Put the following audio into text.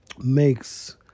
makes